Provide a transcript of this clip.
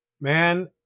Man